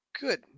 Good